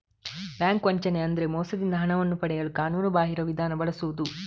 bank ವಂಚನೆ ಅಂದ್ರೆ ಮೋಸದಿಂದ ಹಣವನ್ನು ಪಡೆಯಲು ಕಾನೂನುಬಾಹಿರ ವಿಧಾನ ಬಳಸುದು